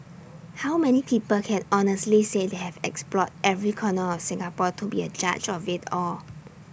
how many people can honestly say they have explored every corner of Singapore to be A judge of IT all